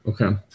Okay